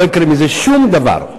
לא יקרה מזה שום דבר.